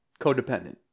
codependent